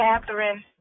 Catherine